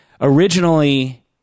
Originally